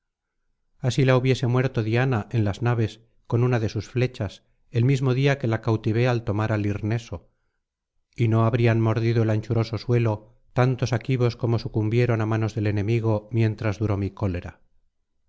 así la hubiese muerto diana en las naves con una de sus flechas el mismo día que la cautivé al tomar á lirneso y no habrían mordido el anchuroso suelo tantos aquivos como sucumbieron á manos del enemigo mientras duró mi cólera